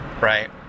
right